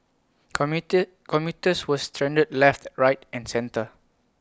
commit commuters were stranded left right and centre